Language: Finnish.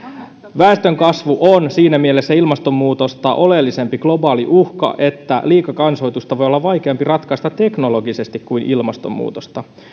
väestönkasvu on siinä mielessä ilmastonmuutosta oleellisempi globaali uhka että liikakansoitusta voi olla vaikeampi ratkaista teknologisesti kuin ilmastonmuutosta